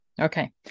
Okay